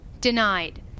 denied